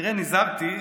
תראה, נזהרתי.